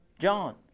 John